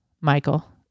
Michael